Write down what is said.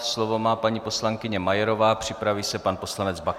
Slovo má paní poslankyně Majerová, připraví se pan poslanec Baxa.